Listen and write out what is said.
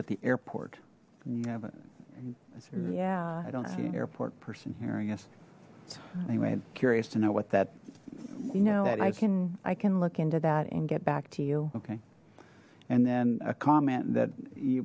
at the airport yeah i don't see an airport person here i guess anyway curious to know what that you know i can i can look into that and get back to you okay and then a comment that